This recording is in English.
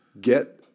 get